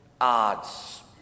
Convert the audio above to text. odds